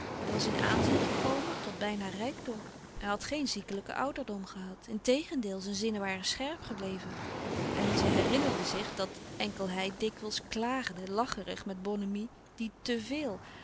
hij was in aanzien gekomen tot bijna rijkdom hij had geen ziekelijken ouderdom gehad integendeel zijn zinnen waren scherp gebleven en zij herinnerde zich dat enkel hij dikwijls klaagde lacherig met bonhomie die